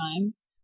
times